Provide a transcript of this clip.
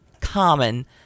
common